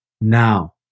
now